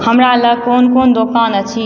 हमरा लग कोन कोन दोकान अछि